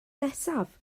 nesaf